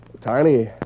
Tiny